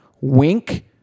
wink